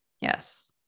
Yes